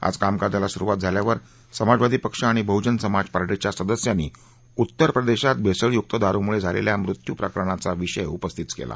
आज कामकाजाला सुरुवात झाल्यावर समाजवादी पक्ष आणि बहुजन समाज पार्शीच्या सदस्यांनी उत्तर प्रदेशात भेसळयुक्त दारुमुळे झालेल्या मृत्यू प्रकरणाचा विषय उपस्थित केला